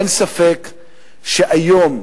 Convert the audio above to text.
אין ספק שהיום,